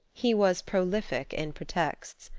he was prolific in pretexts.